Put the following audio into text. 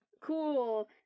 Cool